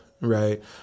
Right